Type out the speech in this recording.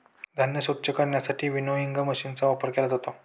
धान्य स्वच्छ करण्यासाठी विनोइंग मशीनचा वापर केला जातो